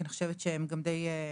כי אני חושבת שהן גם די ברורות.